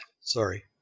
sorry